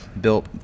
built